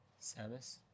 Samus